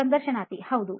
ಸಂದರ್ಶನಾರ್ಥಿ ಹೌದು